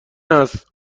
است